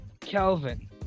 Kelvin